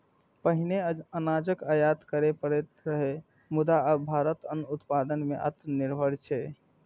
पहिने अनाजक आयात करय पड़ैत रहै, मुदा आब भारत अन्न उत्पादन मे आत्मनिर्भर छै